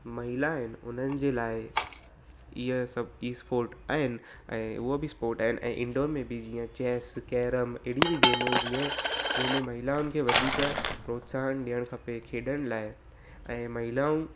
महिला आहिनि उन्हनि जे लाइ हीअ सभु ई स्पोट आहिनि ऐं हूअ बि स्पोट आहिनि ऐं इंडोर में बि जीअं चैस कैरम एॾी बि गेमूं आहिनि जीअं जंहिंमें महिलाउनि खे वधीक प्रोत्साहनु ॾियणु खपे खेॾण लाइ ऐं महिलाऊं